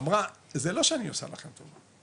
אמרה זה לא שאני עושה לכם טובה,